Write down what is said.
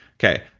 okay.